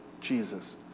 Jesus